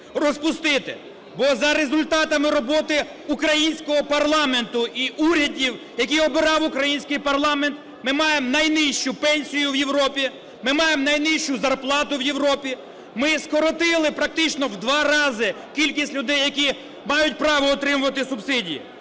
Розпустити, бо за результатами роботи українського парламенту і урядів, яких обирав український парламент, ми маємо найнижчу пенсію в Європі, ми маємо найнижчу зарплату в Європі. Ми скоротили практично в 2 рази кількість людей, які мають право отримувати субсидії.